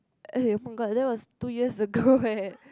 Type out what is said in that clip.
eh [oh]-my-god that was two years ago eh